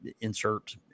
insert